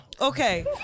okay